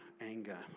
anger